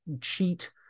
cheat